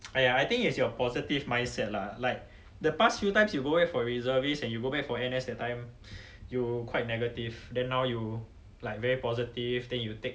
!aiya! I think is your positive mindset lah like the past few times you go back for reservist and you go back for N_S that time you quite negative then now you like very positive then you take